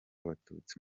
abatutsi